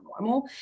normal